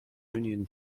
union